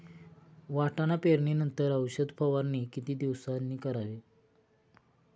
वाटाणा पेरणी नंतर औषध फवारणी किती दिवसांनी करावी?